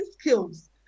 skills